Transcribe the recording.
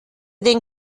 den